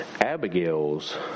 Abigail's